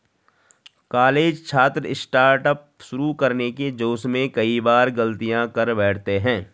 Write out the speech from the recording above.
college छात्र startup शुरू करने के जोश में कई बार गलतियां कर बैठते हैं